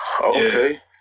Okay